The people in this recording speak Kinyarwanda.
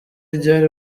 ryari